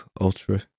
Ultra